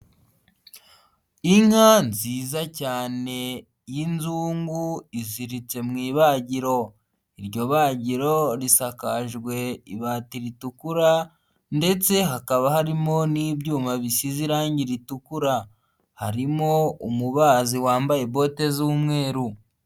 Inka nziza cyane y'inzungu iziritse mu ibagiro, iryo bagiro risakajwe ibati ritukura ndetse hakaba harimo n'ibyuma bisize irangi ritukura, harimo umubazi wambaye bote z'umweru.